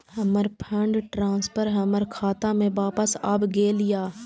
हमर fund transfer हमर खाता में वापस आब गेल या